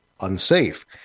unsafe